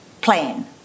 plan